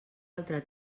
altre